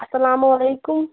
السَّلامُ علیکم